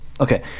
okay